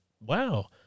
wow